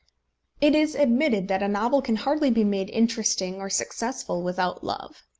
it is admitted that a novel can hardly be made interesting or successful without love.